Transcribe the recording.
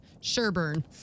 Sherburn